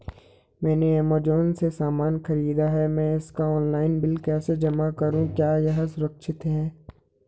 मैंने ऐमज़ान से सामान खरीदा है मैं इसका ऑनलाइन बिल कैसे जमा करूँ क्या यह सुरक्षित है?